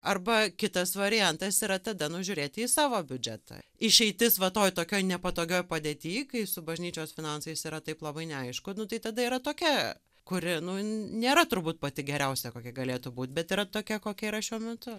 arba kitas variantas yra tada nu žiūrėti į savo biudžetą išeitis va toj tokioj nepatogioj padėty kai su bažnyčios finansais yra taip labai neaišku tai tada yra tokia kuri nu nėra turbūt pati geriausia kokia galėtų būt bet yra tokia kokia yra šiuo metu